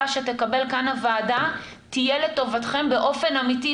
שתקבל כאן הוועדה תהיה לטובתכם באופן אמיתי,